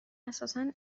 اساسا